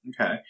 Okay